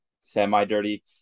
semi-dirty